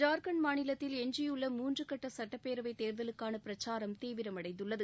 ஜார்க்கண்ட் மாநிலத்தில் எஞ்சியுள்ள மூன்று கட்ட சுட்டப்பேரவை தேர்தலுக்கான பிரச்சாரம் தீவிரமடைந்துள்ளது